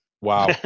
wow